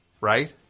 Right